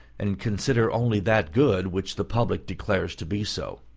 and consider only that good which the public declares to be so.